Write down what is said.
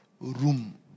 Room